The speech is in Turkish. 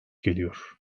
geliyor